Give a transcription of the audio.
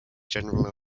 general